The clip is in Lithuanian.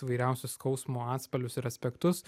įvairiausius skausmo atspalvius ir aspektus